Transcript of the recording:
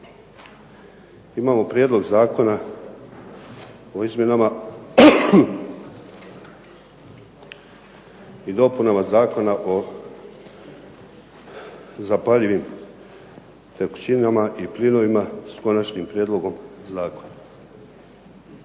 imamo Prijedlog zakona o izmjenama i dopunama Zakona o zapaljivim tekućinama i plinovima s Konačnim prijedlogom zakona.